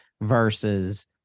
versus